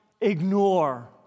ignore